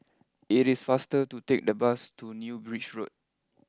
it is faster to take the bus to new Bridge Road